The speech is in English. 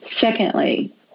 Secondly